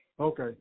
Okay